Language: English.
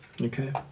Okay